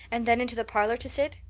and then into the parlor to sit?